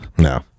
No